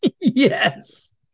Yes